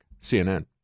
CNN